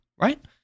right